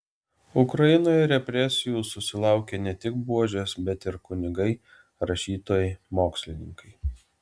ukrainoje represijų susilaukė ne tik buožės bet ir kunigai rašytojai mokslininkai